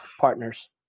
Partners